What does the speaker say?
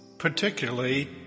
particularly